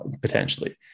potentially